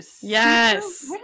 Yes